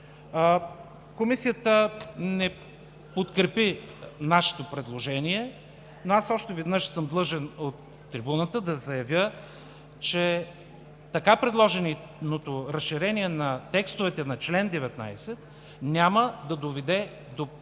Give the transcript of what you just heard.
Комисията не подкрепи нашето предложение, но аз още веднъж съм длъжен от трибуната да заявя, че така предложеното разширение на текстовете на чл. 19 няма да доведе до търсената